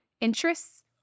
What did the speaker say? interests